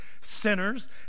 sinners